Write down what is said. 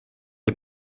для